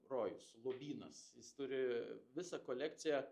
rojus lobynas jis turi visą kolekciją